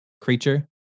creature